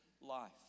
life